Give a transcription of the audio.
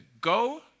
Go